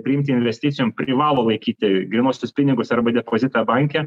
priimti investicijom privalo laikyti grynuosius pinigus arba depozitą banke